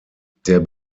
der